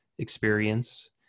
experience